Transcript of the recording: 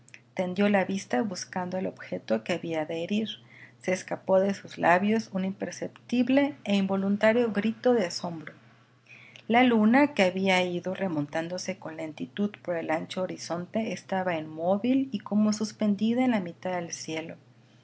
tendió la vista buscando el objeto que había de herir se escapó de sus labios un imperceptible e involuntario grito de asombro la luna que había ido remontándose con lentitud por el ancho horizonte estaba inmóvil y como suspendida en la mitad del cielo